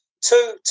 two